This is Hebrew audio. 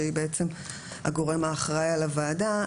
שהיא הגורם האחראי על הוועדה,